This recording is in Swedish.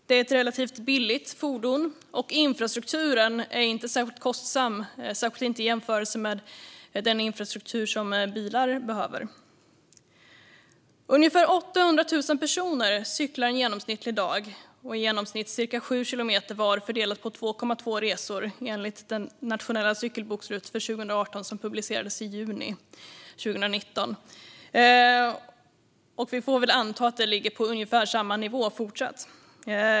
Det är ett relativt billigt fordon, och infrastrukturen är inte särskilt kostsam, särskilt inte i jämförelse med den infrastruktur som bilar behöver. En genomsnittlig dag cyklar ungefär 800 000 personer i genomsnitt cirka sju kilometer var fördelat på 2,2 resor, enligt det nationella cykelbokslutet för 2018, som publicerades i juni 2019. Vi får väl anta att det ligger på ungefär samma nivå fortsatt.